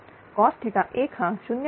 cos1 हा 0